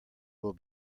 will